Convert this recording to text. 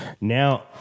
now